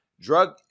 drug